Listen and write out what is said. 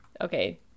Okay